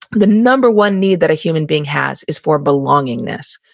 the number one need that a human being has is for belongingness.